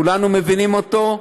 כולנו מבינים אותו,